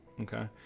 okay